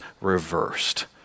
reversed